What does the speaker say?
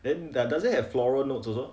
then does doesn't have floral notes also